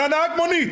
על נהג המונית?